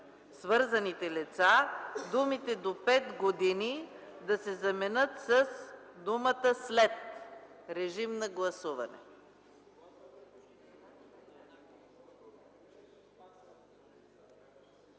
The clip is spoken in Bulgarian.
свързаните лица, думите „до 5 години” да се заменят с думата „след”. Моля, гласувайте.